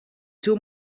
two